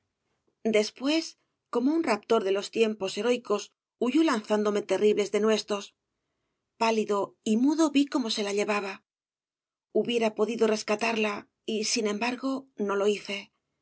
después como jg obras de valle inclan un raptor de los tiempos heroicos huyó lanzándome terribles denuestos pálido y mudo vi cómo se la llevaba hubiera podido rescatarla y sin embargo no lo hice yo